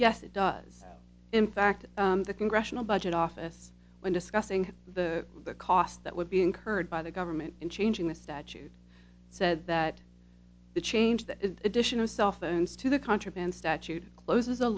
yes it does in fact the congressional budget office when discussing the the costs that would be incurred by the government in changing the statute said that the change the addition of cellphones to the contraband statute closes a